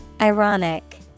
Ironic